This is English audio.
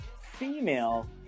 female